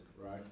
right